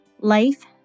life